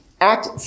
act